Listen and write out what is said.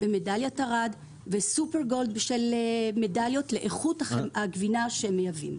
ומדליית ארד ומדליות נוספות לאיכות הגבינה שהם מייבאים.